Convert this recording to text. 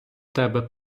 тебе